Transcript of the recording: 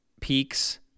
peaks